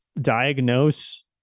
diagnose